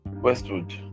Westwood